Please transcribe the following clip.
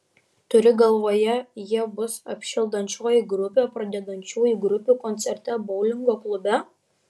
turi galvoje jie bus apšildančioji grupė pradedančiųjų grupių koncerte boulingo klube